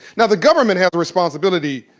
now, the government has a responsibility,